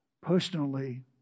personally